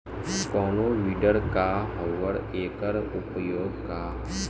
कोनो विडर का ह अउर एकर उपयोग का ह?